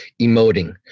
emoting